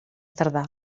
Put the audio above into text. tardà